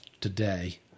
today